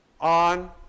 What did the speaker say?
on